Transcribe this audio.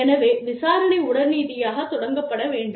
எனவே விசாரணை உடனடியாக தொடங்கப்பட வேண்டும்